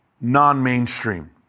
non-mainstream